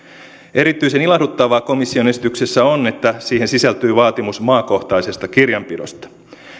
erityisen ilahduttavaa komission esityksessä on että siihen sisältyy vaatimus maakohtaisesta kirjanpidosta